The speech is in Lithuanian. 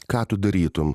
ką tu darytum